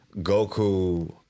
Goku